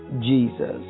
Jesus